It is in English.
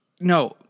No